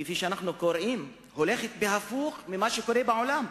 כפי שאנחנו רואים, הולכת הפוך ממה שקורה בעולם,